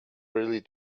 really